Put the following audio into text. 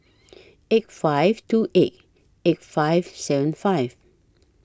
eight five two eight eight five seven five